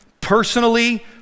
personally